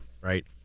Right